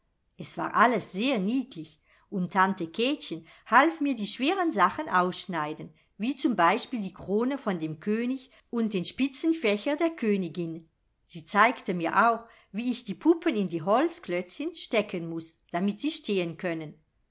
es war alles sehr niedlich und taute kätchen half mir die schweren sachen ausschneiden wie zum beispiel die krone von dem könig und den spitzenfächer der königin sie zeigte mir auch wie ich die puppen in die holzklötzchen stecken muß damit sie stehen können